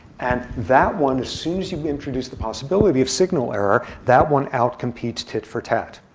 and that one as soon as you introduce the possibility of signal error, that one out-competes tit for tat.